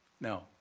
No